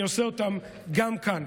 ואני מגנה אותם גם כאן.